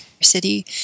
city